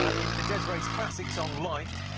in des'ree's classic song life,